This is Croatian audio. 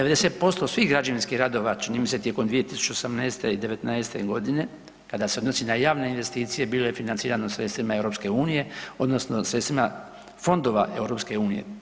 90% svih građevinskih radova čini mi se tijekom 2018. i '19. godine kada se odnosi na javne investicije bilo je financirano sredstvima EU odnosno sredstvima fondova EU.